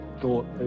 thought